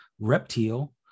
Reptile